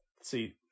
see